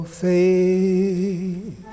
faith